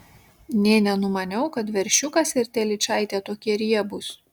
nė nenumaniau kad veršiukas ir telyčaitė tokie riebūs